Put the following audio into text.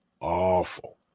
awful